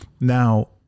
Now